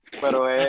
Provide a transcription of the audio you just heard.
pero